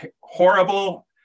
horrible